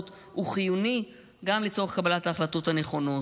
הוא חיוני גם לצורך קבלת ההחלטות הנכונות,